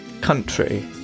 country